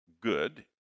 good